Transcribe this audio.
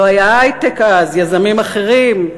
לא היה היי-טק אז, יזמים אחרים.